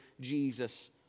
Jesus